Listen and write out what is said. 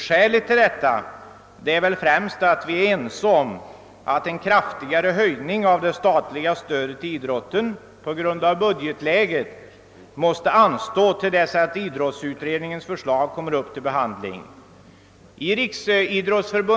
Skälet till detta är främst att vi är eniga om att en kraftigare höjning av det statliga stödet till idrotten på grund av budgetläget måste anstå till dess att idrottsutredningens förslag kommer upp till behandling.